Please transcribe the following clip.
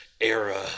era